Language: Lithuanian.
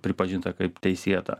pripažinta kaip teisėta